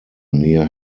near